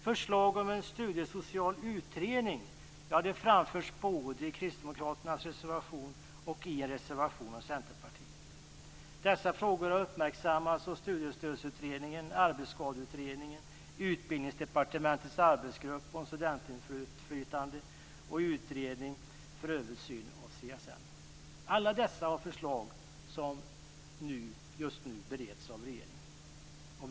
Förslag om en studiesocial utredning framförs både i kristdemokraternas reservation och i en reservation av Centerpartiet. Dessa frågor har uppmärksammats av Studiestödsutredningen, Arbetsskadeutredningen, Utbildningsdepartementets arbetsgrupp om studentinflytande och Utredningen för översyn av CSN. Alla dessa har förslag som just nu bereds av regeringen.